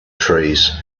trees